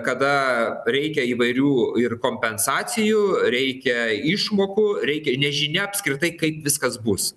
kada reikia įvairių ir kompensacijų reikia išmokų reikia nežinia apskritai kaip viskas bus